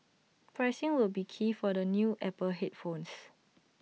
pricing will be key for the new Apple headphones